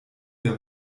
der